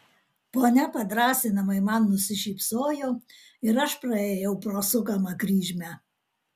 ponia padrąsinamai man nusišypsojo ir aš praėjau pro sukamą kryžmę